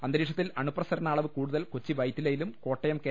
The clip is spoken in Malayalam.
അന്തരീക്ഷത്തിൽ അണുപ്രസരണ അളവ് കൂടുതൽ കൊച്ചി വൈറ്റിലയിലും കോട്ടയം കെ